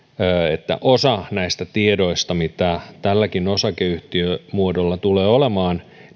että osa näistä tiedoista mitä tälläkin osakeyhtiömuodolla tulee olemaan